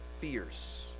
fierce